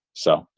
so,